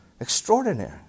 Extraordinary